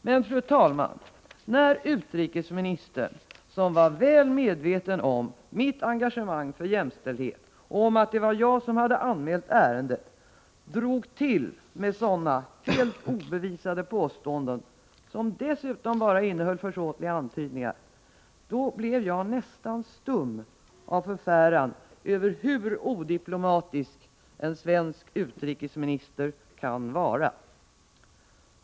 Men, fru talman, när utrikesministern — som var väl medveten om mitt engagemang för jämställdhet och om att det var jag som hade anmält ärendet — drog upp sådana helt obevisade påståenden, som dessutom bara innehöll försåtliga antydningar, blev jag nästan stum av förfäran över hur odiplomatisk en svensk utrikesminister kan vara.